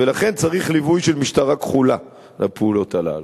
ולכן צריך ליווי של משטרה כחולה לפעולות הללו.